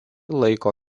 laiko